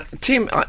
Tim